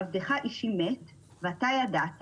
עבדך אישי מת ואתה ידעת